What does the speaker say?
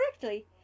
correctly